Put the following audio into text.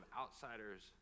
outsiders